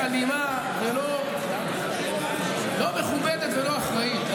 אלימה ולא מכובדת ולא אחראית.